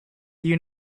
you